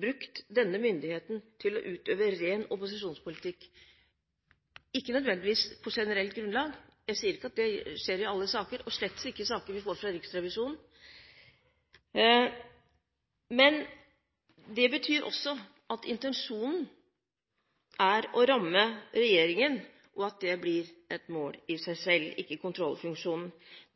brukt denne myndigheten til å utøve ren opposisjonspolitikk. Dette skjer ikke nødvendigvis på generelt grunnlag, og jeg sier ikke at det skjer i alle saker, og slett ikke i saker vi får fra Riksrevisjonen, men det betyr at intensjonen også er å ramme regjeringen, og at dét – og ikke kontrollfunksjonen – blir et mål i seg selv.